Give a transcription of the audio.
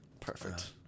Perfect